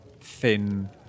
thin